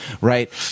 right